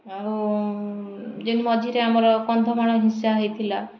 ଆଉ ଯେନ୍ ମଝିରେ ଆମର କନ୍ଧମାଳ ହିଂସା ହେଇଥିଲା